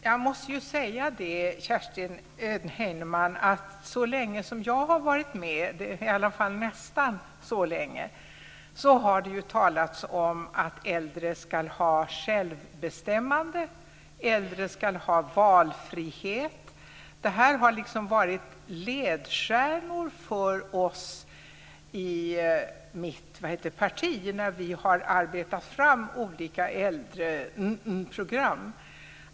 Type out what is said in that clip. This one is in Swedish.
Fru talman! Nästan så länge som jag varit med har det talats om självbestämmande och valfrihet för de äldre. Det har liksom varit ledstjärnor för oss i mitt parti när vi har arbetat fram olika äldreprogram.